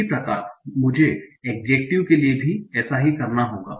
इसी प्रकार मुझे एड्जेक्टिव के लिए भी ऐसा ही करना पड़ेगा